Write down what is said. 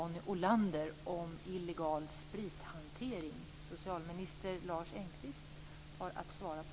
Det är den frågan jag ville peka på.